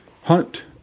hunt